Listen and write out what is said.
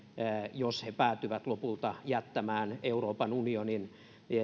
jos he päätyvät lopulta jättämään euroopan unionin